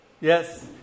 Yes